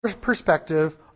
perspective